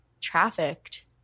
trafficked